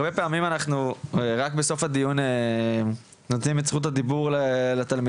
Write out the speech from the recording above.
הרבה פעמים אנחנו רק בסוף הדיון נותנים את זכות הדיבור לתלמידים,